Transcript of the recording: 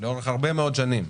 לאורך הרבה מאוד שנים,